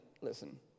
listen